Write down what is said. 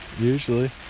usually